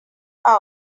out